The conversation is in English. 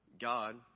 God